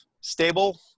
stable